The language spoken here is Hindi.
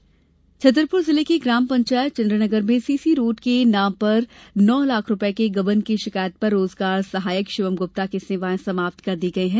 सेवा समाप्त छतरपुर जिले के ग्राम पंचायत चंद्रनगर में सीसी रोड़ के नाम पर नौ लाख रूपये के गबन की शिकायत पर रोजगार सहायक शिवम गुप्ता की सेवाएं समाप्त कर दी गयी है